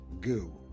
goo